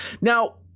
now